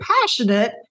passionate